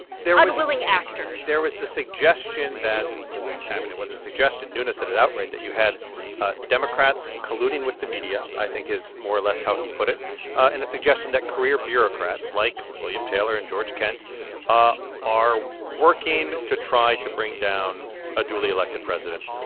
there was. unwilling actors there was the suggestion that i mean, it wasn't a suggestion. nunes said it outright that you had democrats colluding with the media, i think, is more or less how he put it and the suggestion that career bureaucrats like william taylor and george kent ah are working to try to bring down a duly elected president,